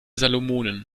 salomonen